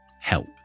help